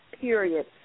period